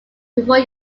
before